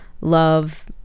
love